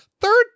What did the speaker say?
Third